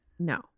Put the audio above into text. no